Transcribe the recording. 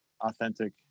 authentic